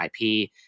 IP